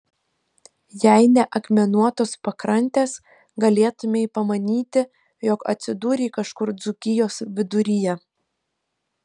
jeigu ne akmenuotos pakrantės galėtumei pamanyti jog atsidūrei kažkur dzūkijos viduryje